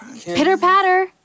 Pitter-patter